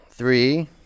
three